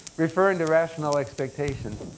referring to rational expectations,